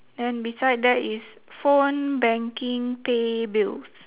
then beside that is phone banking pay bills